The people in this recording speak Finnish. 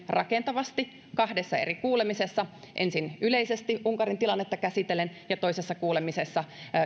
rakentavasti kahdessa eri kuulemisessa ensin yleisesti unkarin tilannetta käsitellen ja toisessa kuulemisessa